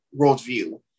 worldview